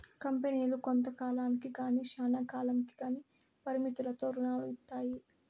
కంపెనీలు కొంత కాలానికి గానీ శ్యానా కాలంకి గానీ పరిమితులతో రుణాలు ఇత్తాయి